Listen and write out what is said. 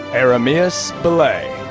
ermias belay.